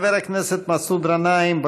חבר הכנסת מסעוד גנאים,